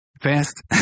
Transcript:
fast